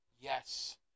Yes